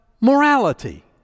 morality